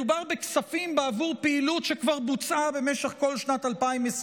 מדובר בכספים בעבור פעילות שכבר בוצעה במשך כל שנת 2023,